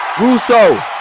Russo